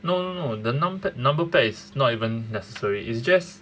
no no no the num~ the number pad is not even necessary it's just